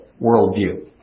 worldview